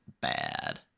bad